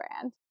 brand